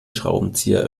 schraubenzieher